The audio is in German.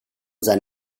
sein